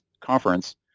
conference